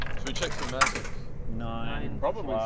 we check for magic? nine